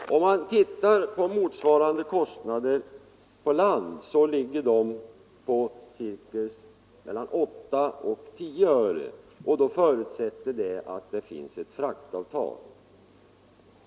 Motsvarande kostnad på land är mellan 8 och 10 öre, och förutsättningen är då att det finns ett fraktavtal.